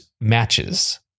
matches